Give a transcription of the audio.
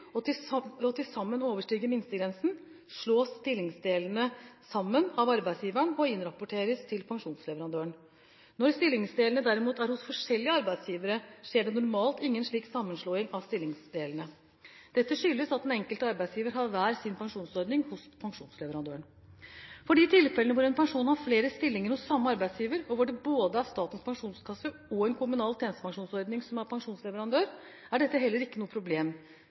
og til sammen overstiger minstegrensen, slås stillingsdelene sammen av arbeidsgiveren og innrapporteres til pensjonsleverandøren. Når stillingsdelene derimot er hos forskjellige arbeidsgivere, skjer det normalt ingen slik sammenslåing av stillingsdelene. Dette skyldes at den enkelte arbeidsgiver har hver sin pensjonsordning hos pensjonsleverandøren. For de tilfellene hvor en person har flere stillinger hos samme arbeidsgiver, og hvor det både er Statens pensjonskasse og en kommunal tjenestepensjonsordning som er pensjonsleverandør, er dette heller ikke noe problem.